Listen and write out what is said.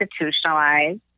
institutionalized